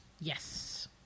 Yes